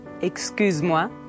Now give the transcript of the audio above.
Excusez-moi